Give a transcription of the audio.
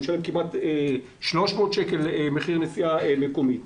הוא משלם כמעט 300 שקל מחיר נסיעה מקומית.